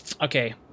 Okay